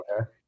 Okay